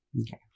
Okay